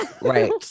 right